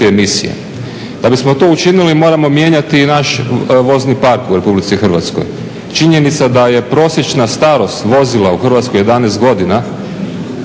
emisije. Da bismo to učinili, moramo mijenjati i naš vozni park u RH. Činjenica da je prosječna starost u Hrvatskoj 11 godina